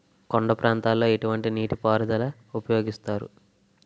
కొండ ప్రాంతాల్లో ఎటువంటి నీటి పారుదల ఉపయోగిస్తారు?